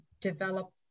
develop